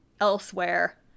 elsewhere